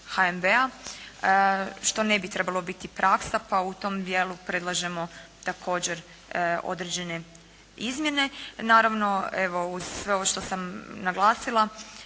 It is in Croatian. HNB-a što ne bi trebalo biti praksa, pa u tom dijelu predlažemo također određene izmjene. Naravno, evo uz sve ovo što sam naglasila